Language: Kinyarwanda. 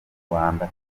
rwanda